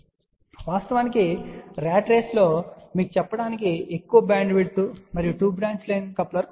కాబట్టి వాస్తవానికి ర్యాట్ రేసులో మీకు చెప్పడానికి ఎక్కువ బ్యాండ్విడ్త్ మరియు 2 బ్రాంచ్ లైన్ కప్లర్ ఉంది